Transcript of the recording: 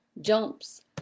jumps